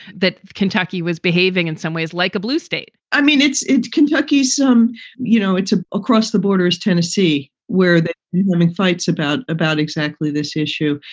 that kentucky was behaving in some ways like a blue state i mean, it's it's kentucky. some you know, it's ah across the borders. tennessee, where the woman fights about. about exactly this issue.